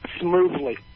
smoothly